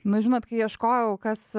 nu žinot kai ieškojau kas